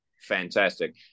fantastic